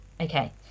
Okay